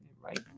right